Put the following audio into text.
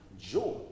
joy